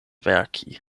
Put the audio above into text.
verki